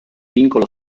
vincolo